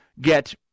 get